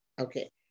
Okay